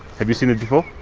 have you seen it before?